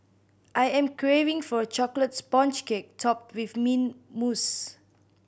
I am craving for a chocolate sponge cake topped with mint mousse